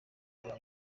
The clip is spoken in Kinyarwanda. bya